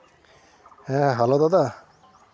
ᱦᱮᱸ ᱦᱮᱞᱳ ᱫᱟᱫᱟ